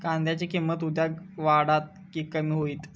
कांद्याची किंमत उद्या वाढात की कमी होईत?